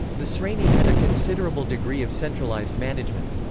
the sreni had a considerable degree of centralised management.